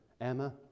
emma